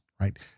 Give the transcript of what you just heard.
right